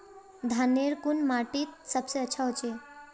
धानेर कुन माटित सबसे अच्छा होचे?